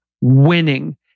Winning